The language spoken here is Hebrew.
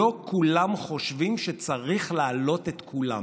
לא כולם חושבים שצריך להעלות את כולם,